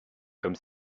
comme